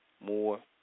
More